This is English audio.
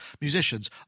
musicians